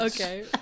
Okay